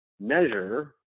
measure